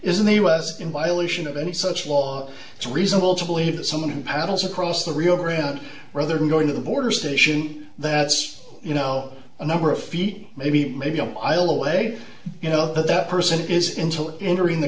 in the u s in violation of any such law it's reasonable to believe that someone who paddles across the rio grande rather than going to the border station that's you know a number of feet maybe maybe a mile away you know but that person is intl entering the